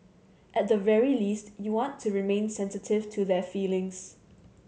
at the very least you want to remain sensitive to their feelings